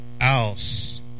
else